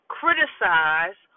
criticize